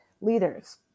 leaders